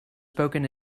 spoken